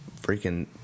freaking